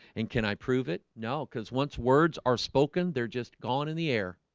and can i prove it? no, cuz once words are spoken, they're just gone in the air